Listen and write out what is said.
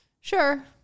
Sure